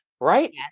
right